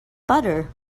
butter